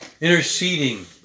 interceding